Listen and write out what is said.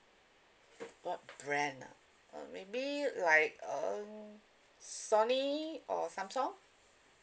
what brand ah uh maybe like uh sony or samsung